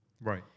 Right